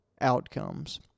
outcomes